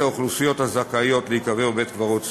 האוכלוסיות הזכאיות להיקבר בבית-קברות צבאי,